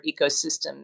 ecosystem